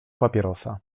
papierosa